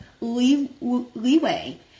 leeway